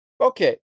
Okay